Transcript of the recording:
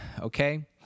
okay